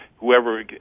whoever